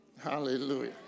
Hallelujah